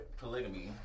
polygamy